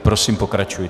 Prosím, pokračujte.